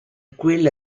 quella